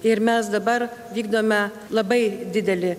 ir mes dabar vykdome labai didelį